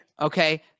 Okay